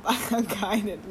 oh really